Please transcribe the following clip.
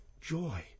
joy